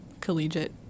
collegiate